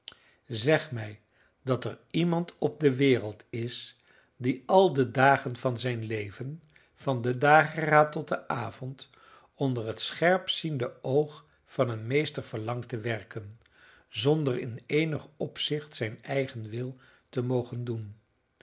zeg mij dat er iemand op de wereld is die al de dagen van zijn leven van den dageraad tot den avond onder het scherpziende oog van een meester verlangt te werken zonder in eenig opzicht zijn eigen wil te mogen doen